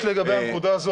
רק לגבי הנקודה הזו,